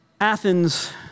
Athens